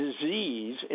disease